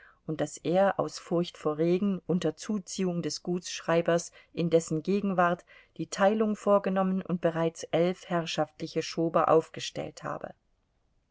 und daß er aus furcht vor regen unter zuziehung des gutsschreibers in dessen gegenwart die teilung vorgenommen und bereits elf herrschaftliche schober aufgestellt habe